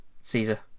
Caesar